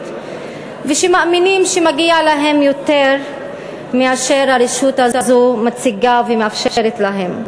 ושמאמינים שמגיע להם יותר ממה הרשות הזו מציגה ומאפשרת להם.